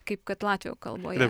kaip kad latvių kalboje